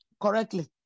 correctly